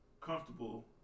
comfortable